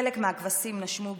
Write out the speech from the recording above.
חלק מהכבשים נשמו בכבדות,